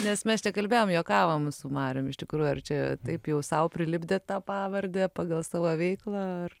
nes mes čia kalbėjom juokavom su marium iš tikrųjų ar čia taip jau sau prilipdėt tą pavardę pagal savo veiklą ar